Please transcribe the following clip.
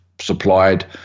supplied